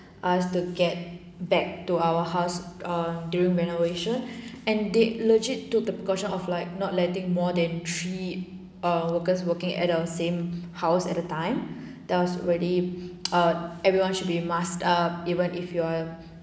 us to get back to our house err during renovation and they legit took the precaution of like not letting more than three err workers working at our same house at a time that was really err everyone should be masked up even if you are